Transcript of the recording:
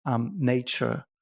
Nature